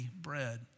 bread